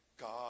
God